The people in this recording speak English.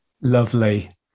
Lovely